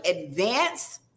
advance